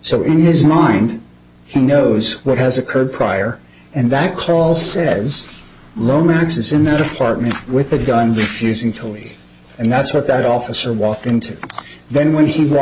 so in his mind he knows what has occurred prior and that call says lomax is in that apartment with a gun fusing tilley and that's what that officer walked into then when he walk